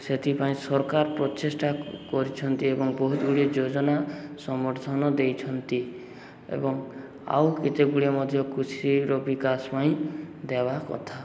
ସେଥିପାଇଁ ସରକାର ପ୍ରଚେଷ୍ଟା କରିଛନ୍ତି ଏବଂ ବହୁତ ଗୁଡ଼ିଏ ଯୋଜନା ସମର୍ଥନ ଦେଇଛନ୍ତି ଏବଂ ଆଉ କେତେ ଗୁଡ଼ିଏ ମଧ୍ୟ କୃଷିର ବିକାଶ ପାଇଁ ଦେବା କଥା